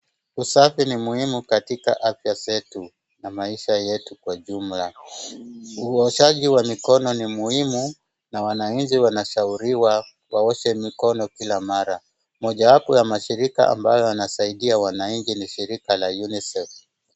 Usafi ni muhimu katika afya zetu na maisha yetu kwa jumla, uoshaji wa mikono ni muhimu na wananchi wanashauriwa waoshe mikono kila mara. Mojawapo ya mashirika yanayo saidia wananchi ni shirika la unicef.